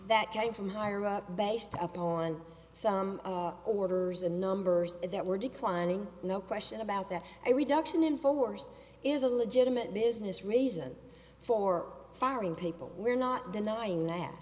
that came from higher up based upon some orders and numbers that were declining no question about that a reduction in force is a legitimate business reason for firing people we're not denying that